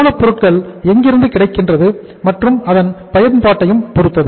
மூலப்பொருட்கள் எங்கிருந்து கிடைக்கிறது மற்றும் அதன் பயன்பாட்டையும் பொருத்தது